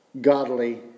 godly